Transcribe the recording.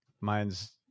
mine's